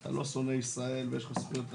אתה לא שונא ישראל ויש לך זכויות רבות.